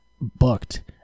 booked